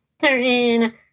certain